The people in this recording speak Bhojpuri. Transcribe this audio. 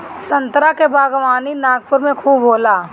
संतरा के बागवानी नागपुर में खूब होला